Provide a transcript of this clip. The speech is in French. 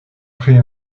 pré